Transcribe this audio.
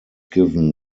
given